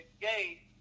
gate